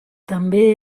també